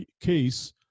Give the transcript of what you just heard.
case